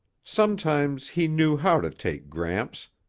sometimes he knew how to take gramps,